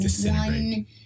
one